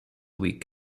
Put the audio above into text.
week